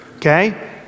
Okay